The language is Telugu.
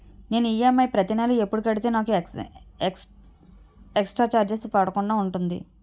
నేను ఈ.ఎమ్.ఐ ప్రతి నెల ఎపుడు కడితే నాకు ఎక్స్ స్త్ర చార్జెస్ పడకుండా ఉంటుంది?